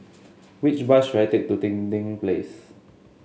which bus should I take to Dinding Place